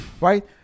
right